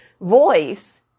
voice